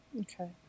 Okay